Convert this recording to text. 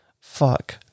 fuck